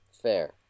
Fair